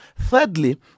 Thirdly